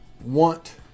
want